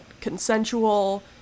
consensual